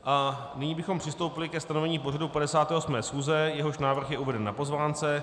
A nyní bychom přistoupili ke stanovení pořadu 58. schůze, jehož návrh je uveden na pozvánce.